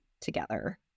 together